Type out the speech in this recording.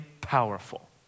powerful